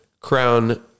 crown